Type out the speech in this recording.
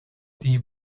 die